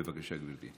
בבקשה, גברתי.